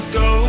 go